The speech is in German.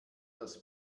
das